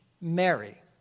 Mary